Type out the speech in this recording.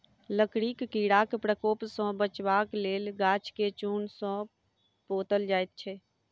लकड़ीक कीड़ाक प्रकोप सॅ बचबाक लेल गाछ के चून सॅ पोतल जाइत छै